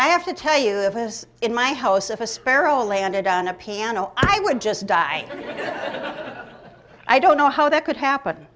i have to tell you if it is in my house if a sparrow landed on a piano i would just die i don't know how that could happen